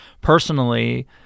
personally